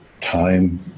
time